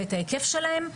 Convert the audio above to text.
ואת ההיקף שלהם.